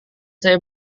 saya